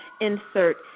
insert